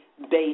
based